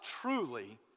truly